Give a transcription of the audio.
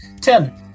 Ten